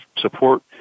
support